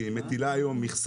גם כשאת עייפה,